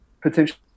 potentially